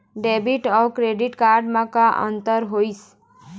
Debit अऊ credit card म का अंतर होइस?